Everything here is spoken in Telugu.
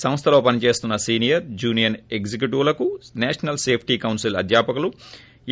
సంస్థలో పనిచేస్తున్న సీనియర్ జూనియర్ ఎక్షిక్యుటివ్ లకు సేషనల్ సేఫీ కౌన్సిల్ అధ్యాపకులు ఎ